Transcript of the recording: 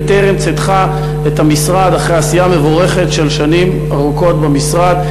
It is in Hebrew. בטרם צאתך את המשרד אחרי עשייה מבורכת של שנים ארוכות במשרד?